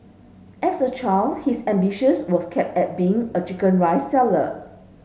as a child his ambitions was capped at being a chicken rice seller